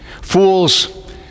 Fools